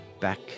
back